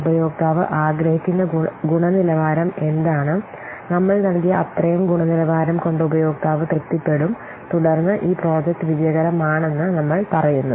ഉപയോക്താവ് ആഗ്രഹിക്കുന്ന ഗുണനിലവാരം എന്താണ് നമ്മൾ നൽകിയ അത്രയും ഗുണനിലവാരം കൊണ്ട് ഉപയോക്താവ് തൃപ്തിപ്പെടും തുടർന്ന് ഈ പ്രോജക്റ്റ് വിജയകരമാണെന്ന് നമ്മൾ പറയുന്നു